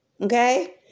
okay